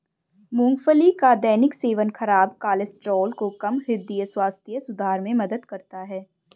मूंगफली का दैनिक सेवन खराब कोलेस्ट्रॉल को कम, हृदय स्वास्थ्य सुधार में मदद करता है